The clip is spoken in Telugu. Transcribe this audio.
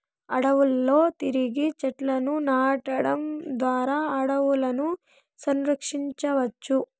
అడవులలో తిరిగి చెట్లను నాటడం ద్వారా అడవులను సంరక్షించవచ్చు